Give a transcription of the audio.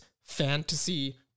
fantasy